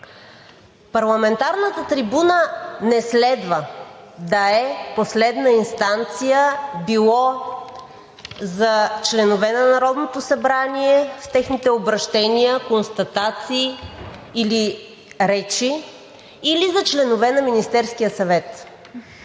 парламентарната трибуна не следва да е последна инстанция било за членове на Народното събрание с техните обръщения, констатации или речи или за членове на Министерския съвет.